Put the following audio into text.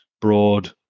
Broad